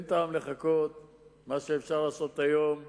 מה שאפשר לעשות היום,